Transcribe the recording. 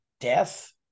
death